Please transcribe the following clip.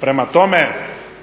Prema tome,